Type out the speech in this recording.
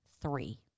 three